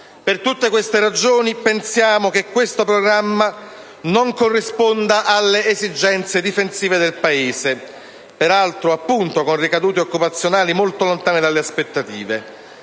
Per tutte queste ragioni pensiamo che questo programma non corrisponda alle esigenze difensive del Paese, peraltro con ricadute occupazionali molto lontane delle aspettative.